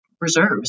reserves